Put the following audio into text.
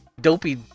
dopey